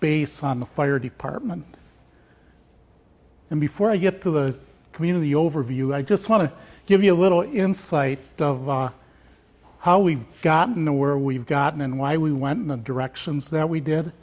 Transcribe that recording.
basis on the fire department and before i get to the community overview i just want to give you a little insight of how we got no where we've gotten and why we went in the directions that we did